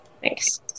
Thanks